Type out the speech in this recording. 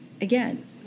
again